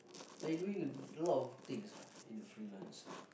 eh you doing a lot of things ah in the freelance ah